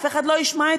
אף אחד לא ישמע אתכם.